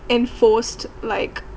enforced like